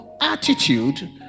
attitude